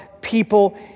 people